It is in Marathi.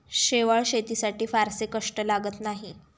शेवाळं शेतीसाठी फारसे कष्ट लागत नाहीत